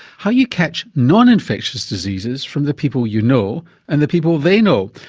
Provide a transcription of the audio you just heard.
how you catch non-infectious diseases from the people you know and the people they know,